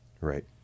Right